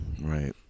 Right